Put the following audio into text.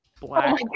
black